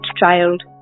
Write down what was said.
child